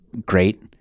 great